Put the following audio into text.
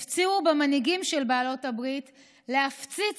הפצירו במנהיגים של בעלות הברית להפציץ